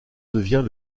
devient